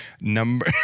Number